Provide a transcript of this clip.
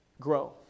grow